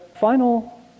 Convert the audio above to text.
final